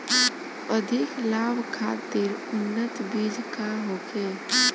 अधिक लाभ खातिर उन्नत बीज का होखे?